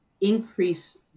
increase